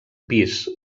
pis